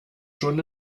schon